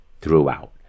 throughout